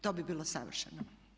To bi bilo savršeno.